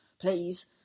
please